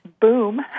Boom